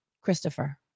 Christopher